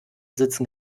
sitzen